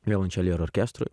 violončelei ir orkestrui